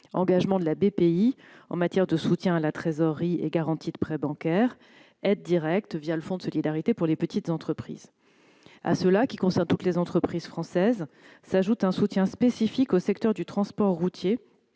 (Bpifrance) en matière de soutien à la trésorerie et de garantie de prêts bancaires ; ou encore aides directes un fonds de solidarité pour les petites entreprises. À ces mesures, qui concernent toutes les entreprises françaises, s'ajoute un soutien spécifique au secteur du transport routier